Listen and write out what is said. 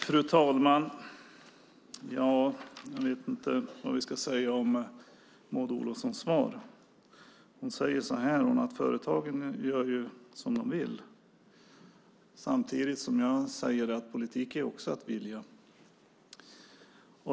Fru talman! Jag vet inte vad jag ska säga om Maud Olofssons svar. Hon säger att företagen gör som de vill, samtidigt som jag säger att politik också är att vilja.